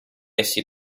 essi